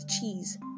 cheese